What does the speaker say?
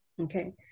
Okay